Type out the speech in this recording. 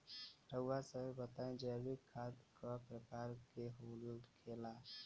रउआ सभे बताई जैविक खाद क प्रकार के होखेला?